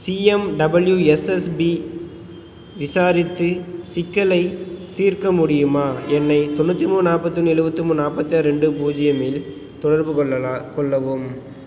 CMWSSB விசாரித்து சிக்கலைத் தீர்க்க முடியுமா என்னை தொண்ணூற்றி மூணு நாற்பத்தி ஒன்று எழுவத்தி மூணு நாற்பத்தி ஆறு ரெண்டு பூஜ்ஜியம் இல் தொடர்புக்கொள்ளலாம் கொள்ளவும்